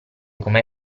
come